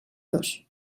dos